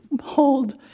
hold